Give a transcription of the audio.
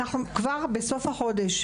כבר בסוף החודש,